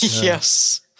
yes